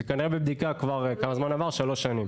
זה כנראה בבדיקה כבר שלוש שנים.